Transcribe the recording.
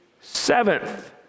seventh